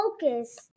focus